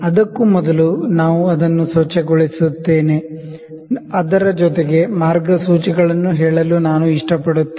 ಅದಕ್ಕೂ ಮೊದಲು ನಾವು ಅದನ್ನು ಸ್ವಚ್ಛಗೊಳಿಸುತ್ತೇನೆ ಅದರ ಜೊತೆಗೆ ಮಾರ್ಗಸೂಚಿಗಳನ್ನು ಹೇಳಲು ನಾನು ಇಷ್ಟಪಡುತ್ತೇನೆ